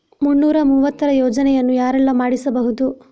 ಮುನ್ನೂರ ಮೂವತ್ತರ ಯೋಜನೆಯನ್ನು ಯಾರೆಲ್ಲ ಮಾಡಿಸಬಹುದು?